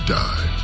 die